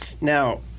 Now